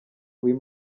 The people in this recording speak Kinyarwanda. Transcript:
uyu